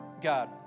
God